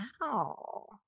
Wow